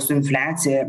su infliacija